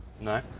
No